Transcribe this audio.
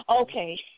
Okay